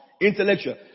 intellectual